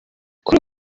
kuri